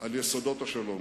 על יסודות השלום.